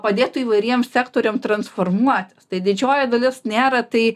padėtų įvairiems sektoriam transformuot tai didžioji dalis nėra tai